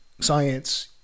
science